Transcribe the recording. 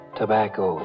tobacco